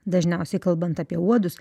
dažniausiai kalbant apie uodus